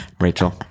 Rachel